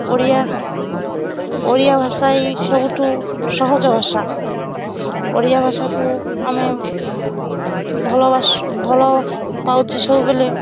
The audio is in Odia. ଓଡ଼ିଆ ଓଡ଼ିଆ ଭାଷା ଏ ସବୁଠୁ ସହଜ ଭାଷା ଓଡ଼ିଆ ଭାଷାକୁ ଆମେ ଭଲବାସ ଭଲ ପାଉଛି ସବୁବେଲେ